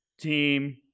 team